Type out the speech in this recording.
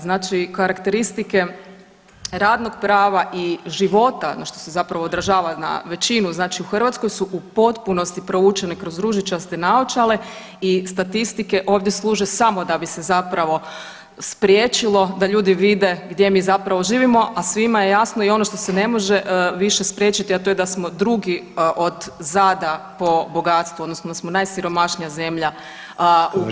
Znači karakteristike radnog prava i života, ono što se zapravo odražava na većinu znači u Hrvatskoj su u potpunosti provučene kroz ružičaste naočale i statistike ovdje služe samo da bi se zapravo spriječilo da ljudi vide gdje mi zapravo živimo, a svima je jasno i ono što se ne može više spriječiti, a to je da smo drugi od zada po bogatstvu, odnosno da smo najsiromašnija zemlja u Europi.